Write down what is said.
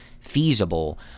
Feasible